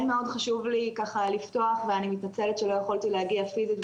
מאוד חשוב לי ככה לפתוח ואני מתנצלת שלא יכולתי להגיע פיזית,